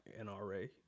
NRA